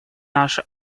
наши